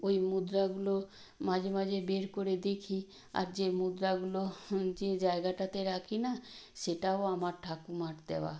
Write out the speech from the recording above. ওই মুদ্রাগুলো মাঝে মাঝে বের করে দেখি আর যে মুদ্রাগুলো যে জায়গাটাতে রাখি না সেটাও আমার ঠাকুমার দেওয়া